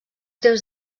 temps